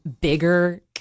bigger